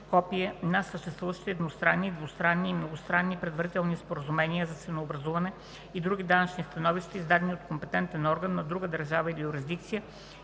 копие на съществуващите едностранни, двустранни и многостранни предварителни споразумения за ценообразуване и други данъчни становища, издадени от компетентен орган на друга държава или юрисдикция